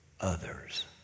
others